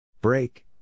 Break